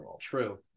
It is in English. True